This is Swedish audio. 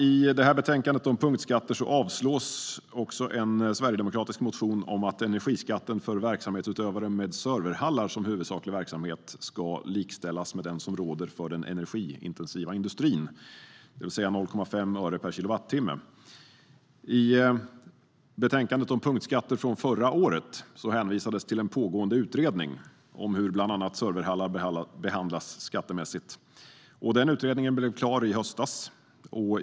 I betänkandet om punktskatter avslås en sverigedemokratisk motion om att energiskatten för verksamhetsutövare med serverhallar som huvudsaklig verksamhet ska likställas med den som råder för den energiintensiva industrin, det vill säga 0,5 öre per kilowattimme. I betänkandet om punktskatter från förra året hänvisades till en pågående utredning om hur bland annat serverhallar behandlas skattemässigt. Utredningen blev klar i höstas.